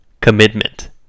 commitment